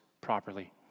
properly